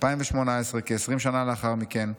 2018, כ-20 שנה לאחר מכן,